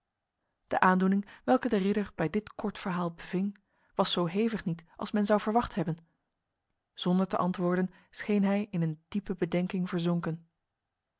de aandoening welke de ridder bij dit kort verhaal beving was zo hevig niet als men zou verwacht hebben zonder te antwoorden scheen hij in een diepe bedenking verzonken